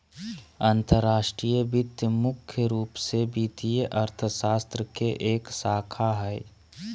अंतर्राष्ट्रीय वित्त मुख्य रूप से वित्तीय अर्थशास्त्र के एक शाखा हय